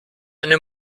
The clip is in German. eine